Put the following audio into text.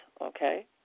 okay